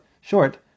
short